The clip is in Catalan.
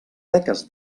beques